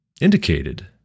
indicated